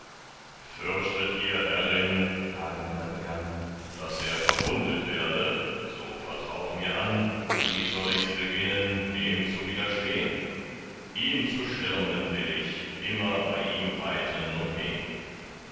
fürchtet ihr herrin hagen da begann daß er verwundet werde so vertraut mir an wie soll ichs beginnen dem zu widerstehn ihn zu schirmen will ich immer bei ihm reiten und gehn